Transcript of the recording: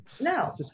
no